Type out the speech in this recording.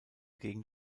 gegen